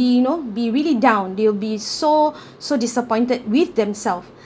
be you know be really down they will be so so disappointed with themselves